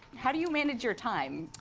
how do you manage your time?